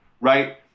right